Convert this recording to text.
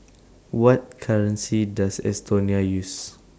What currency Does Estonia use